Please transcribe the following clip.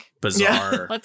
Bizarre